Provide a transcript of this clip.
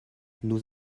nous